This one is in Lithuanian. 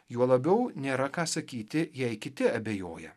juo labiau nėra ką sakyti jei kiti abejoja